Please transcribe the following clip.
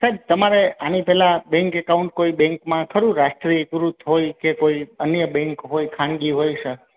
sir તમારે આની પહેલાં બેંક એકાઉન્ટ કોઈ બેંકમાં ખરું રાષ્ટ્રીયકૃત હોય કે કોઈ અન્ય બેંક હોય ખાનગી હોય સર